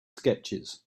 sketches